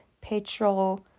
petrol